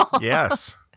Yes